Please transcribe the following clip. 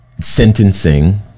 sentencing